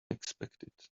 expected